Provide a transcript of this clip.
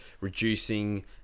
reducing